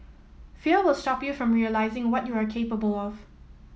fear will stop you from realising what you are capable of